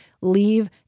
leave